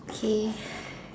okay